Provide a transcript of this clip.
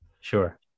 Sure